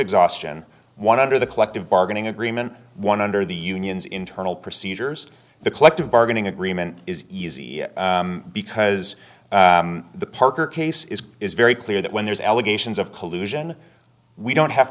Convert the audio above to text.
exhaustion one under the collective bargaining agreement one under the unions internal procedures the collective bargaining agreement is easy because the parker case is is very clear that when there's allegations of collusion we don't have